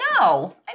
No